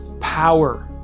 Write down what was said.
power